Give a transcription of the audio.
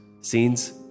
Scenes